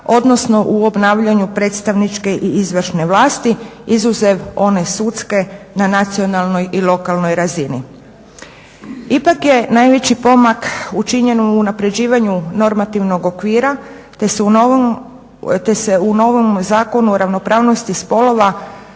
odnosno u obnavljanju predstavničke i izvršne vlasti izuzev one sudske na nacionalnoj i lokalnoj razini. Ipak je najveći pomak učinjen u unapređivanju normativnog okvira te se u novome Zakonu o ravnopravnosti spolova